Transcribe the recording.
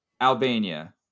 Albania